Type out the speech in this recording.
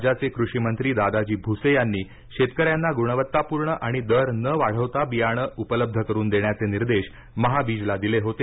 राज्याचे कृषिमंत्री दादाजी भुसे यांनी शेतकऱ्यांना गुणवत्तापूर्ण आणि दर न वाढवता बियाणे उपलब्ध करून देण्याचे निर्देश महाबीजला दिले होते